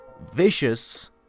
Vicious